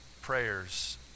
prayers